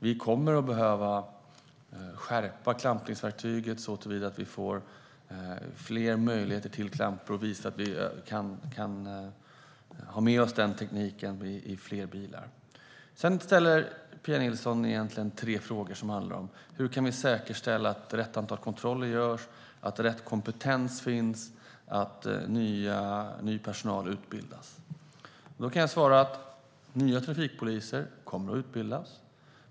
Vi kommer dock att behöva skärpa klampningsverktyget så att vi får fler möjligheter till klampning och till att ha med den tekniken i fler bilar. Pia Nilsson ställer tre frågor som handlar om hur vi kan säkerställa att rätt antal kontroller görs, att rätt kompetens finns och att ny personal utbildas. Jag kan svara att nya trafikpoliser kommer att utbildas.